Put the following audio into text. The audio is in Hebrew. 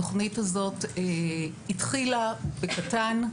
התוכנית הזאת התחילה בקטן,